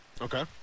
okay